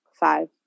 five